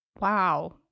wow